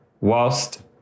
whilst